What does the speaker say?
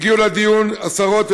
הגיעו לדיון עשרות,